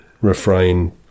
refrain